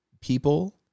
people